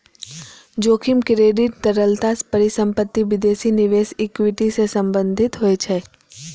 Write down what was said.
जोखिम क्रेडिट, तरलता, परिसंपत्ति, विदेशी निवेश, इक्विटी सं संबंधित होइ छै